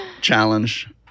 challenge